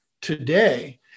today